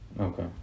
Okay